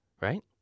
right